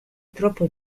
troppo